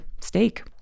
steak